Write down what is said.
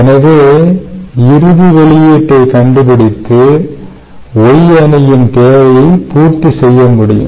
எனவே இறுதி வெளியீட்டை கண்டுபிடித்து Y அணியின் தேவையை பூர்த்தி செய்ய முடியும்